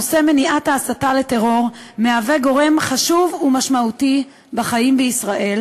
נושא מניעת ההסתה לטרור מהווה גורם חשוב ומשמעותי בחיים בישראל,